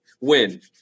win